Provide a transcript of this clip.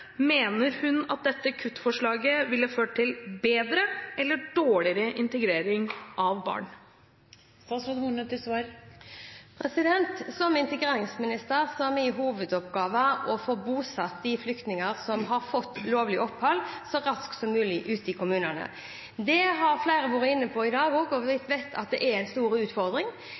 Mener hun at dette kuttforslaget ville ført til bedre eller dårligere integrering av barn? Som integreringsminister har min hovedoppgave vært å få bosatt de flyktningene som har fått lovlig opphold, så raskt som mulig ute i kommunene. Det har flere vært inne på i dag også, og vi vet at det er en stor utfordring.